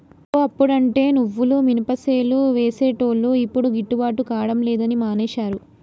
ఓ అప్పుడంటే నువ్వులు మినపసేలు వేసేటోళ్లు యిప్పుడు గిట్టుబాటు కాడం లేదని మానేశారు